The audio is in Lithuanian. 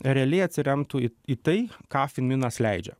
realiai atsiremtų į į tai ką finminas leidžia